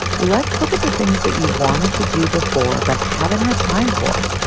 let's look at the things that you've wanted to do before but haven't had time for.